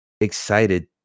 excited